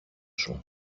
σου